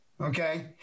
Okay